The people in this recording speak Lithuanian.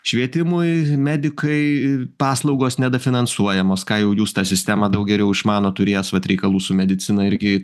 švietimui medikai paslaugos nedafinansuojamos ką jau jūs tą sistemą daug geriau išmanot turėjęs vat reikalų su medicina irgi